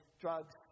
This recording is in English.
drugs